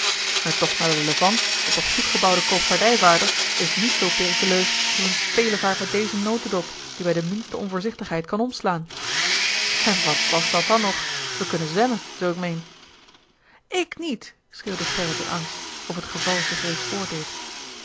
een tocht naar de levant op een goed gebouwde koopvaardijvaarder is niet zoo perikuleus als een spelevaart met dezen notedop die bij de minste onvoorzichtigheid kan omslaan en wat was dat dan nog we kunnen zwemmen zoo ik meen k niet schreeuwde gerrit in angst of het geval zich reeds voordeed